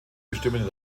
bestimmten